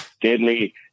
deadly